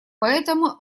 поэтому